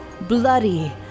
bloody